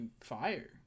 fire